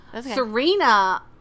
Serena